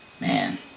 Man